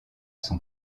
son